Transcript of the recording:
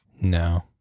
No